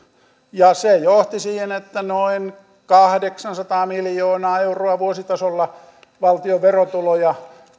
ja se johti siihen että noin kahdeksansataa miljoonaa euroa vuositasolla valtion verotuloja